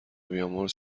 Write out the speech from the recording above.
بیامرز